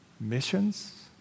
missions